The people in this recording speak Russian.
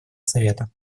совета